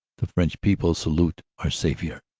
the french people salute our savior